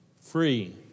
Free